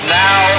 now